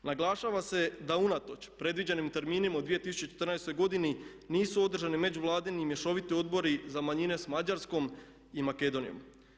Naglašava se da unatoč predviđenim terminima u 2014. godini nisu održani međuvladini mješoviti odbori za manjine s Mađarskom i Makedonijom.